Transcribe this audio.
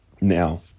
Now